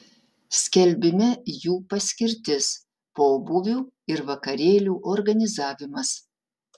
skelbime jų paskirtis pobūvių ir vakarėlių organizavimas